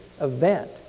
event